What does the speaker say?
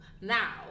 Now